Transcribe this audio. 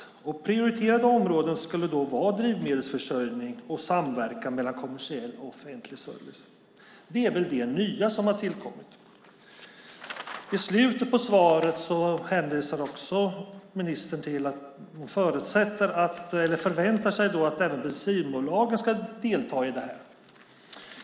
Prioriterade områden skulle vara drivmedelsförsörjning och samverkan mellan kommersiell och offentlig service. Det är väl det nya som har tillkommit. I slutet på svaret hänvisar också ministern till att hon förväntar sig att även bensinbolagen ska delta i detta.